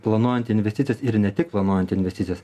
planuojant investicijas ir ne tik planuojant investicijas